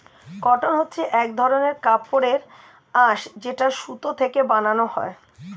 cotton হচ্ছে এক ধরনের কাপড়ের আঁশ যেটা সুতো থেকে বানানো হয়